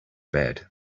bed